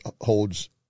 holds